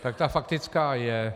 Tak ta faktická je.